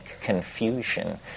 confusion